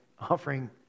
Offering